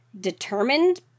determined